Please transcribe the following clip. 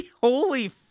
Holy